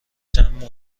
چند